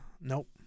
Nope